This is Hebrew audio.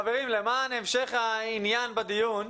חברים, למען המשך העניין בדיון,